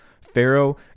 Pharaoh